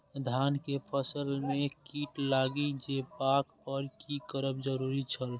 धान के फसल में कीट लागि जेबाक पर की करब जरुरी छल?